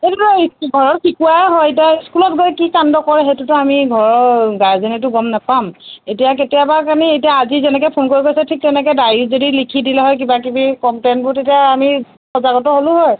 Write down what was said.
সেইটোটো ঘৰত শিকোৱাই হয় এতিয়া স্কুলত গৈ কি কাণ্ড কৰে সেইটোটো আমি ঘৰৰ গাৰ্জেনেতো গম নাপাম এতিয়া কেতিয়াবা আমি এতিয়া আজি যেনেকৈ ফোন কৰি কৈছে ঠিক তেনেকৈ ডায়েৰীত যদি লিখি দিলে হয় কিবা কিবি কম্প্লেইনবোৰ তেতিয়া আমি সজাগত হ'লোঁ হয়